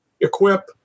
equip